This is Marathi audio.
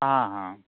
हां हां